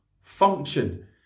function